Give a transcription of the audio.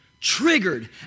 triggered